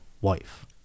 wife